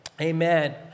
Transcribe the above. amen